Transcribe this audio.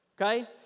Okay